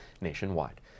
nationwide